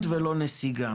תנו אותו לצוות חקיקה,